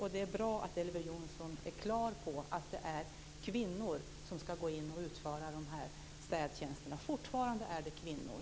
Och det är bra att Elver Jonsson är klar över att det är kvinnor som ska gå in och utföra dessa städtjänster. Fortfarande är det kvinnor.